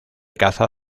caza